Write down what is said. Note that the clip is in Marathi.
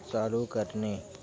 चालू करणे